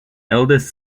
eldest